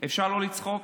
אפשר לא לצחוק?